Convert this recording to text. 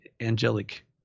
angelic –